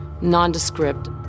nondescript